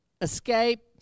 Escape